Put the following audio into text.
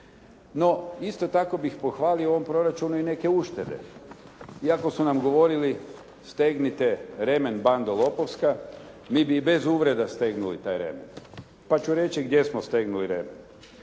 No isto tako bih pohvalio u ovom proračunu i neke uštede. Iako su nam govorili stegnite remen bando lopovska, mi bi i bez uvreda stegnuli taj remen, pa ću reći gdje smo stegnuli remen.